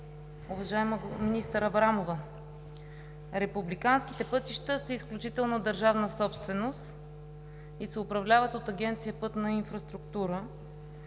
Уважаема министър Аврамова, републиканските пътища са изключителна държавна собственост и се управляват от Агенция „Пътна инфраструктура“.